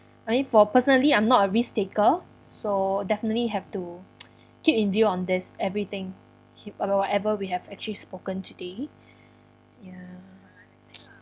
I mean for personally I'm not a risk taker so definitely have to keep in view on this everything keep of of whatever we have actually spoken today ya